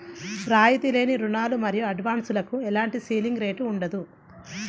రాయితీ లేని రుణాలు మరియు అడ్వాన్సులకు ఎలాంటి సీలింగ్ రేటు ఉండదు